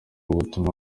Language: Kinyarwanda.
ubutumwa